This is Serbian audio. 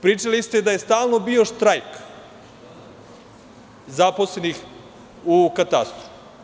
Pričali ste da je stalno bio štrajk zaposlenih u katastru.